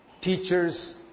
teachers